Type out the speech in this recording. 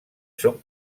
són